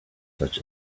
such